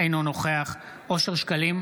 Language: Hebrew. אינו נוכח אושר שקלים,